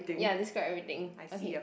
ya describe everything